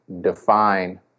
define